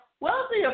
Wealthy